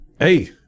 Hey